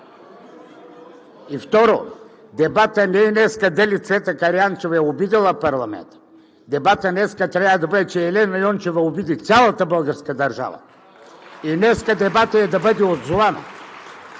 И второ, дебатът днес не е дали Цвета Караянчева е обидила парламента, дебатът днес трябва да бъде, че Елена Йончева обиди цялата българска държава. Днес дебатът е да бъде отзована.